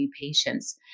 patients